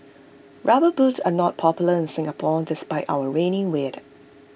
rubber boots are not popular in Singapore despite our rainy weather